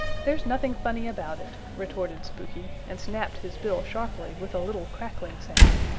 there's nothing funny about it, retorted spooky, and snapped his bill sharply with a little cracking sound.